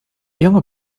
junge